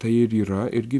tai ir yra irgi